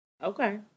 Okay